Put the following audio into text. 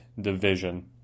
division